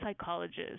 psychologist